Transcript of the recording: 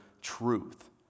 truth